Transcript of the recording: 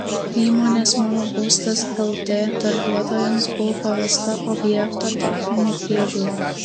įmonės mano būstas lt darbuotojams buvo pavesta objekto techninė priežiūra